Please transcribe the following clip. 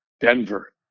Denver